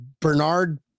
bernard